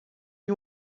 you